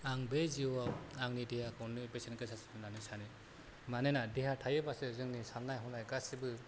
आं बे जिउआव आंनि देहाखौनो बेसेन गोसासिन होननानै सानो मानोना देहा थायोबासो जोंनि साननाय हनाय गासिबो